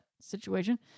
situation